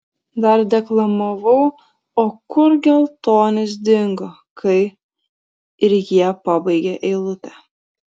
dar deklamavau o kur geltonis dingo kai ir jie pabaigė eilutę